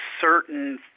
certain